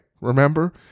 Remember